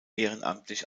ehrenamtlich